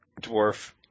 dwarf